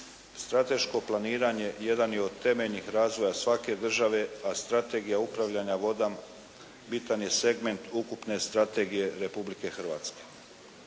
Strateško planiranje jedan je od temeljnih razvoja svake države a strategija upravljanja vodama bitan je segment ukupne strategije Republike Hrvatske.